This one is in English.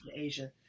Asia